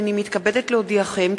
הנני מתכבדת להודיעכם,